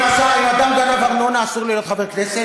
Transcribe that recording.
אם אדם גנב ארנונה, אסור לו להיות חבר כנסת.